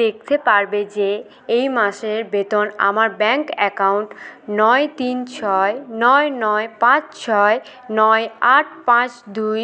দেখতে পারবে যে এই মাসের বেতন আমার ব্যাঙ্ক অ্যাকাউন্ট নয় তিন ছয় নয় নয় পাঁচ ছয় নয় আট পাঁচ দুই